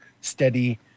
steady